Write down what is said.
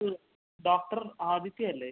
ഇത് ഡോക്ടർ ആദിത്യയല്ലെ